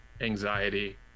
anxiety